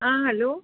आ hello